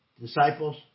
Disciples